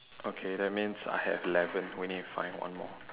okay that means I have eleven we need to find one more